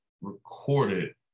recorded